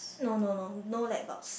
no no no no light bulbs